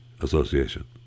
Association